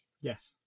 Yes